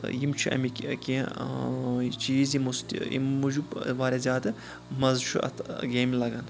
یِم چھِ اَمِکۍ کینٛہہ چیٖز یِمو سۭتۍ ییٚمہِ موٗجوٗب واریاہ زیادٕ مَزٕ چھُ اَتھ گیمہِ لگَان